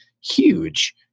huge